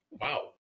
wow